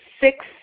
six